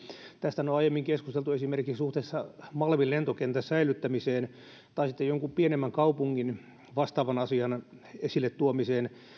tästähän on aiemmin keskusteltu esimerkiksi suhteessa malmin lentokentän säilyttämiseen ja sitten jonkun pienemmän kaupungin vastaavan asian esille tuomiseen